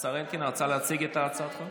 אלקין רצה להציג את הצעת החוק?